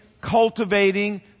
cultivating